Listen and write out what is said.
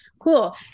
Cool